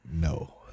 No